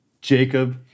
Jacob